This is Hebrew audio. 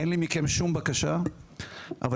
אין לי שום בקשה מכם,